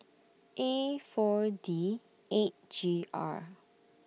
A four D eight G R